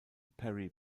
perry